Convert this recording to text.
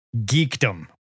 geekdom